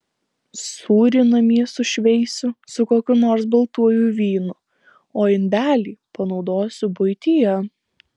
sūrį namie sušveisiu su kokiu nors baltuoju vynu o indelį panaudosiu buityje